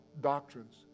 doctrines